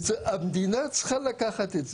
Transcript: המדינה צריכה לקחת את זה.